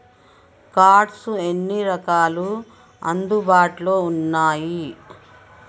Cards ఎన్ని రకాలు అందుబాటులో ఉన్నయి?